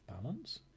balance